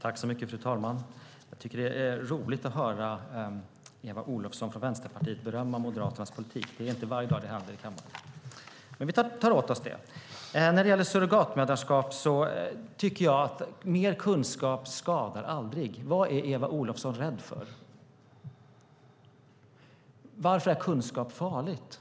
Fru talman! Det är roligt att höra Eva Olofsson från Vänsterpartiet berömma Moderaternas politik. Det är inte varje dag det händer i kammaren. Men vi tar åt oss det. När det gäller surrogatmoderskap tycker jag att mer kunskap aldrig skadar. Vad är Eva Olofsson rädd för? Varför är kunskap farligt?